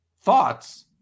thoughts